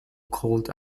called